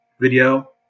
video